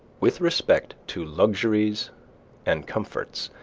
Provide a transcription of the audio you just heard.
with respect to luxuries and comforts,